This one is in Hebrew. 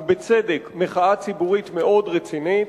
ובצדק, מחאה ציבורית רצינית.